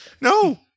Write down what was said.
No